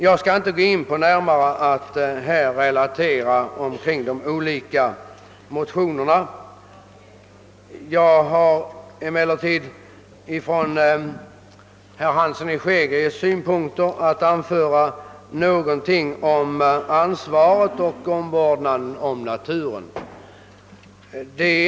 Jag skall inte närmare relatera motiven för de olika motionerna. Om jag utgår från herr Hanssons i Skegrie synpunkter vill jag anföra något om ansvaret för och vårdnaden om naturen.